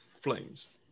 flames